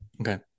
Okay